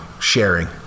sharing